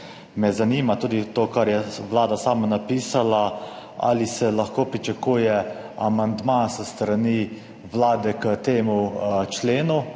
me zanima tudi to, kar je Vlada sama napisala, ali se lahko pričakuje amandma s strani Vlade k temu členu